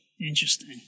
interesting